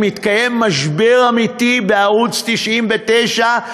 מתקיים משבר אמיתי בערוץ 99,